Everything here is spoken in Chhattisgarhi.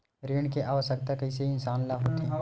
ऋण के आवश्कता कइसे इंसान ला होथे?